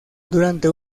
durante